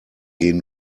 gehen